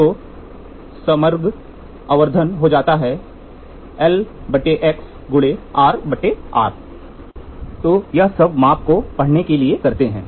तो समग्र आवर्धन हो जाता है तोयह सब माप को बढ़ाने के लिए करते हैं